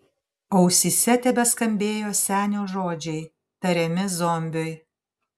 ausyse tebeskambėjo senio žodžiai tariami zombiui